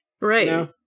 Right